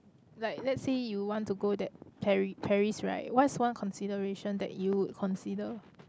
like let's say you want to go that Pari~ Paris right what is one consideration that you would consider